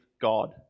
God